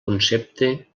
concepte